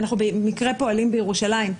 אנחנו פועלים בירושלים,